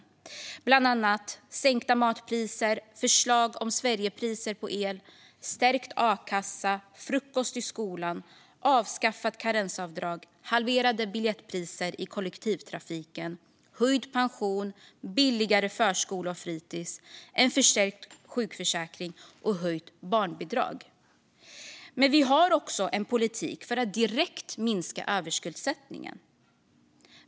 Det är bland annat sänkta matpriser, förslag om Sverigepriser på el, stärkt a-kassa, frukost i skolan, avskaffat karensavdrag, halverade biljettpriser i kollektivtrafiken, höjd pension, billigare förskola och fritis, en förstärkt sjukförsäkring och höjt barnbidrag. Men vi har också en politik för att direkt minska överskuldsättningen.